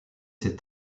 ses